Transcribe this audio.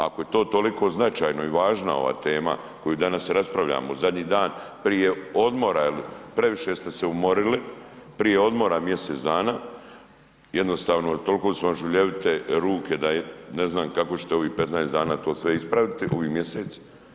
Ako je to toliko značajno i važno ova tema koju danas raspravljamo, zadnji dan prije odmora jer previše ste se umorili, prije odmora mjesec dana, jednostavno toliko su vam žuljevite ruke da ne znam kako ćete ovih 15 dana to sve ispraviti, ovi mjesec.